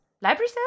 Library